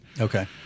Okay